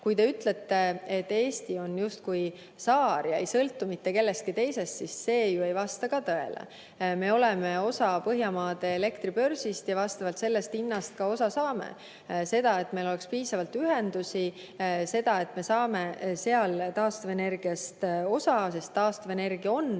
Kui te mõtlete, et Eesti on justkui saar ja ei sõltu mitte kellestki teisest, siis see ei vasta tõele. Me oleme osa Põhjamaade elektribörsist ja sellest hinnast ka osa saame. Meil peab olema piisavalt ühendusi, nii et me saame sealsest taastuvenergiast osa, sest taastuvenergia on